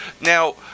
Now